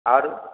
और